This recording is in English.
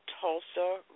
Tulsa